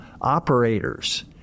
operators